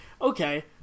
okay